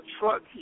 truck